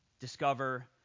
discover